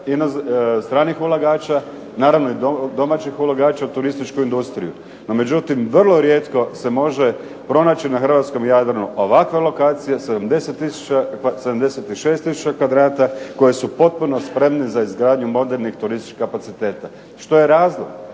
stranih ulagača, naravno i domaćin ulagača u domaću industriju. No međutim, vrlo rijetko se može pronaći na hrvatskom Jadranu ovakve lokacije 76 tisuća kvadrata koje su potpuno spremne za izgradnju modernih turističkih kapaciteta. Što je razlog?